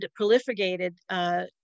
proliferated